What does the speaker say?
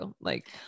Like-